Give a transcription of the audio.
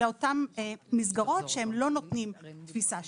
אלא אותן מסגרות שלא נותנות תפיסה שיקומית.